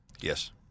Yes